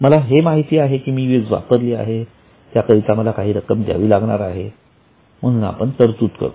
मला हे मात्र माहित आहे की मी वीज वापरलेली आहे त्याकरिता मला काही रक्कम द्यावी लागणार आहे म्हणून आपण तरतूद करतो